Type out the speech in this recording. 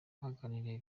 baganiriye